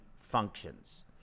functions